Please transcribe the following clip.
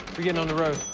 we're getting on the road.